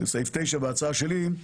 בסעיף 9 בהצעה שלי,